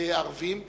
ערבים,